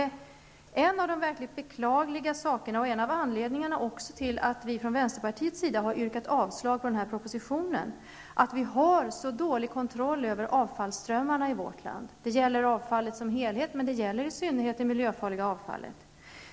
Det verkligt beklagliga och en av anledningarna till att vi från vänsterpartiet har yrkat avslag på förslagen i den här propositionen är att kontrollen över avfallsströmmarna i vårt land är så dålig. Det gäller avfallet som helhet och i synnerhet det miljöfarliga avfallet.